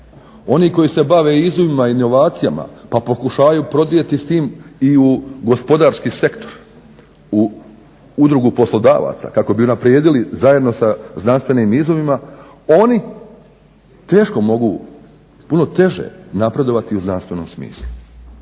Oni koji se bave izumima i inovacijama pa pokušavaju prodrijeti s tim i u gospodarski sektor, u Udrugu poslodavaca kako bi unaprijedili zajedno sa znanstvenim izuzima, oni teško mogu, puno teže napredovati u znanstvenom smislu.